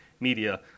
media